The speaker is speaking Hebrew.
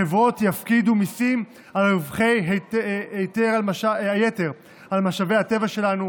חברות יפקידו מיסים על רווחי היתר ממשאבי הטבע שלנו